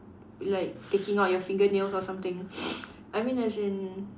like taking out your fingernails or something I mean as in